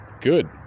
Good